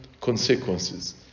consequences